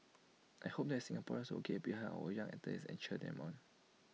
I hope that Singaporeans will get behind our young athletes and cheer them on